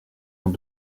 ont